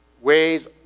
ways